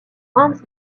hans